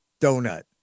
Donut